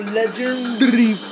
legendary